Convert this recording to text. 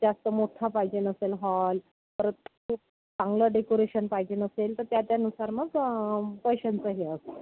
जास्त मोठ्ठा पाहिजेन असेल हॉल तर खूप चांगलं डेकोरेशन पाहिजेन असेल तर त्या त्यानुसार मग पैशांचं हे असतं